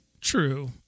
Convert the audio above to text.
True